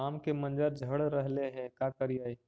आम के मंजर झड़ रहले हे का करियै?